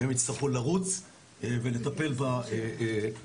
שהם יצטרכו לרוץ ולטפל במאיים,